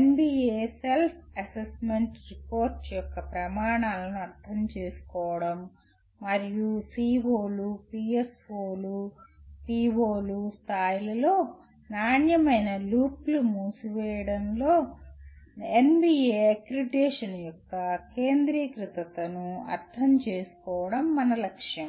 NBA self assessment report యొక్క ప్రమాణాలను అర్థం చేసుకోవడం మరియు COలు POలు మరియు PSOల స్థాయిలలో నాణ్యమైన లూప్ను మూసివేయడంలో NBA అక్రెడిటేషన్ యొక్క కేంద్రీకృతతను అర్థం చేసుకోవడం మన లక్ష్యం